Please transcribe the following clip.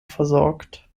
versorgt